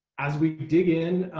as we dig in